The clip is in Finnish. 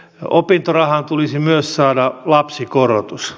opintorahaan tulisi myös saada lapsikorotus